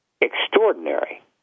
extraordinary